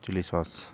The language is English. chilli sauce